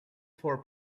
for